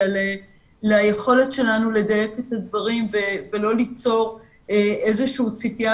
אלא ליכולת שלנו לדייק את הדברים ולא ליצור איזה שהיא ציפייה